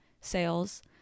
sales